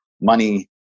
money